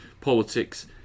politics